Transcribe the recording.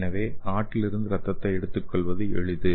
எனவே ஆட்டிலிருந்து ரத்தத்தை எடுத்துக்கொள்வது எளிது